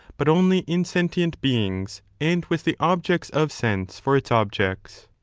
but only in sentient beings and with the objects of sense for its objects.